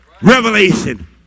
Revelation